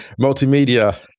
multimedia